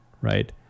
right